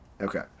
Okay